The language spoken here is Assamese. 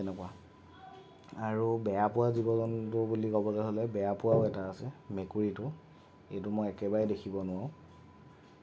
আৰু বেয়া পোৱা জীৱ জন্তু বুলি ক'বলৈ হ'লে বেয়া পোৱাও এটা আছে মেকুৰীটো এইটো মই একেবাৰে দেখিব নোৱাৰোঁ